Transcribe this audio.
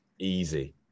Easy